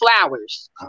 flowers